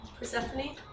Persephone